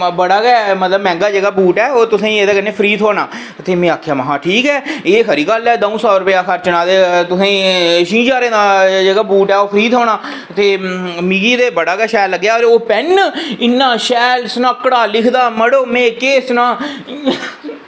बड़ा गै मतलब मैहंगा बूट ऐ ओह् तुसेंगी एह्दे कन्नै फ्री थ्होना ते में आक्खेआ ठीक ऐ ते एह् खरी गल्ल ऐ दंऊ सौ रपेआ खर्चे दा तुसें ते छीं ज्हारें दा ओह् बूट जेह्का फ्री थ्होना ते मिगी ओह् बड़ा शैल लग्गेआ ते ओह् पेन इन्ना शैल सनाह्कड़ा लिखदा मड़ो में केह् सनांऽ